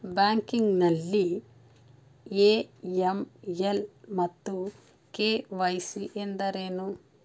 Banking ನಲ್ಲಿ AML ಮತ್ತು KYC ಎಂದರೇನು?